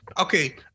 okay